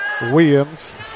Williams